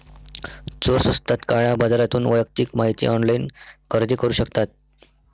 चोर स्वस्तात काळ्या बाजारातून वैयक्तिक माहिती ऑनलाइन खरेदी करू शकतात